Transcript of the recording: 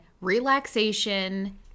relaxation